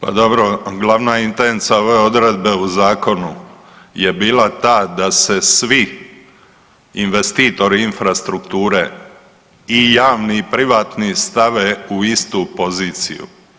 Pa dobro, glavna intenca ove odredbe u Zakonu je bila ta da se svi investitori infrastrukture i javni i privatni stave u istu poziciju.